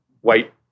white